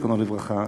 זיכרונו לברכה,